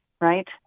right